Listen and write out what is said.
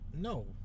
no